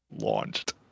Launched